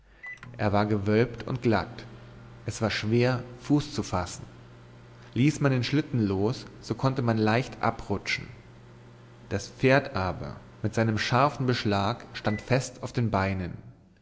er war gewölbt und glatt es war schwer fuß zu fassen ließ man den schlitten los so konnte man leicht abrutschen das pferd aber mit seinem scharfen beschlag stand fest auf den beinen